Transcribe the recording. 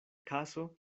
kaso